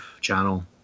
channel